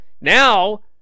now